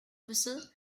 whistle